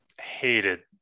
hated